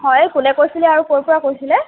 হয় কোনে কৈছিলে আৰু ক'ৰপৰা কৈছিলে